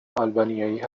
آلبانیایی